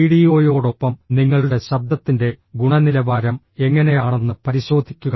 വീഡിയോയോടൊപ്പം നിങ്ങളുടെ ശബ്ദത്തിന്റെ ഗുണനിലവാരം എങ്ങനെയാണെന്ന് പരിശോധിക്കുക